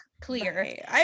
clear